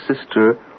sister